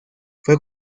fue